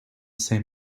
same